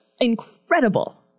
incredible